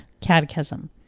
Catechism